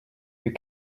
you